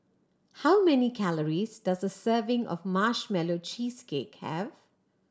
how many calories does a serving of Marshmallow Cheesecake have